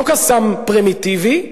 לא "קסאם" פרימיטיבי,